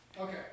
okay